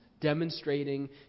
demonstrating